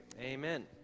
Amen